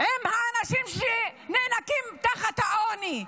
עם האנשים שנאנקים תחת העוני,